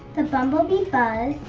the bumble bee buzzed.